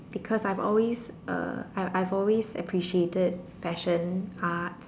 because I've always uh I I've always appreciated fashion art